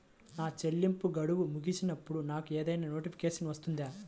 నా చెల్లింపు గడువు ముగిసినప్పుడు నాకు ఏదైనా నోటిఫికేషన్ వస్తుందా?